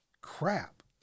crap